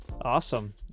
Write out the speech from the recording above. Awesome